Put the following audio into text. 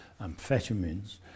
amphetamines